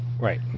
Right